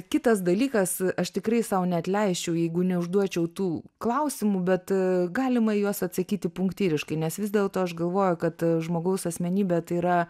kitas dalykas aš tikrai sau neatleisčiau jeigu neužduočiau tų klausimų bet galima į juos atsakyti punktyriškai nes vis dėlto aš galvoju kad žmogaus asmenybė tai yra